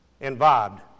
involved